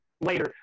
later